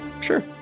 Sure